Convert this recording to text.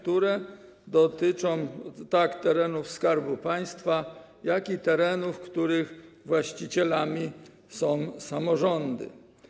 To dotyczy tak terenów Skarbu Państwa, jak i terenów, których właścicielami są samorządy.